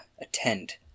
attend